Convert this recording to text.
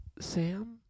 Sam